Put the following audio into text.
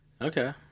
Okay